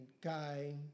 guy